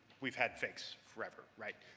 we've had fakes forever, right?